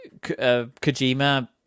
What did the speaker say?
kojima